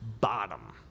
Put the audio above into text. bottom